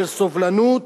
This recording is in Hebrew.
של סובלנות,